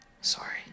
Sorry